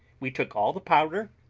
we took all the powder,